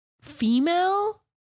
female